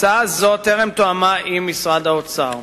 הצעה זו טרם תואמה עם משרד האוצר.